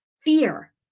Fear